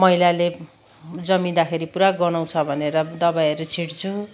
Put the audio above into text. मैलाले जमिँदाखेरि पुरा गनाउँछ भनेर दबाईहरू छिट्छु